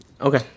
Okay